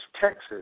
Texas